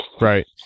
right